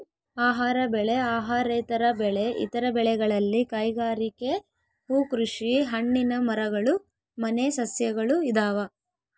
ಆಹಾರ ಬೆಳೆ ಅಹಾರೇತರ ಬೆಳೆ ಇತರ ಬೆಳೆಗಳಲ್ಲಿ ಕೈಗಾರಿಕೆ ಹೂಕೃಷಿ ಹಣ್ಣಿನ ಮರಗಳು ಮನೆ ಸಸ್ಯಗಳು ಇದಾವ